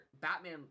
batman